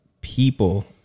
people